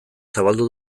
zabaldu